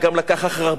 אחרי הרבה לחצים,